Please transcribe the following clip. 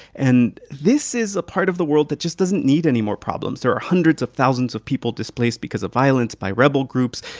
and this is a part of the world that just doesn't need any more problems. there are hundreds of thousands of people displaced because of violence by rebel groups.